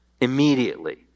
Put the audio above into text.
immediately